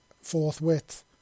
forthwith